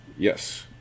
Yes